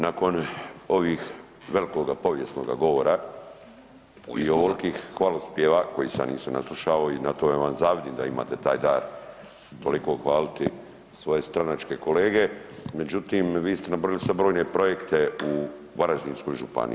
Nakon ovih, velikoga povijesnoga govora i ovolikih hvalospjeva koji se ja nisam naslušao i na to ja vam zavidim da imate taj dar toliko hvaliti svoje stranačke kolege, međutim vi ste nabrojili sad brojne projekte u Varaždinskoj županiji.